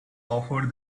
offered